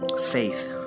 faith